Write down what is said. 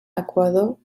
equador